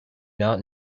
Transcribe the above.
not